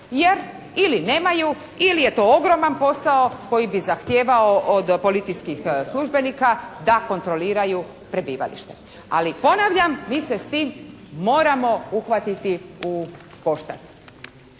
jer ili nemaju ili je to ogroman posao koji bi zahtijevao od Policijskih službenika da kontroliraju prebivalište. Ali ponavljam, mi se s tim moramo uhvatiti u koštac.